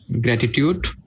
gratitude